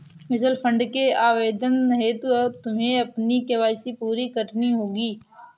mutual fund के आवेदन हेतु तुम्हें अपनी के.वाई.सी पूरी करनी होगी